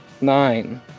Nine